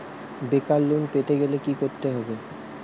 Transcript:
বেকার লোন পেতে গেলে কি করতে হবে?